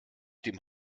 dem